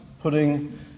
putting